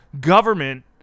Government